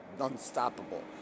unstoppable